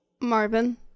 Marvin